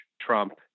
Trump